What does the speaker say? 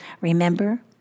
Remember